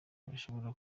bashobora